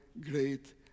great